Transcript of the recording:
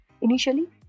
Initially